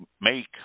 make